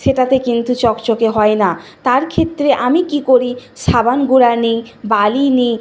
সেটাতে কিন্তু চকচকে হয় না তার ক্ষেত্রে আমি কী করি সাবান গুঁড়ো নিই বালি নিই